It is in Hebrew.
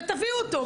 ותביאו אותו.